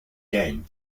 game